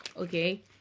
okay